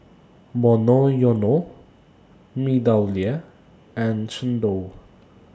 Monoyono Meadowlea and Xndo